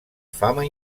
fama